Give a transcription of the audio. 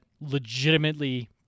legitimately